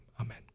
Amen